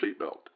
seatbelt